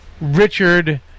Richard